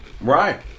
right